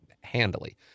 handily